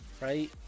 right